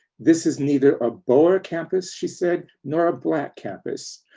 this is neither a boer campus, she said, nor a black campus.